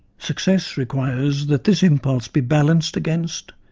success requires that this impulse be balanced against,